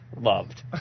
Loved